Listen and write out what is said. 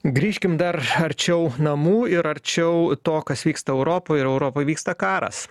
grįžkim dar arčiau namų ir arčiau to kas vyksta europoj ir europoj vyksta karas